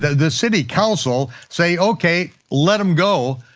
the city council say, okay, let him go.